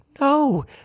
No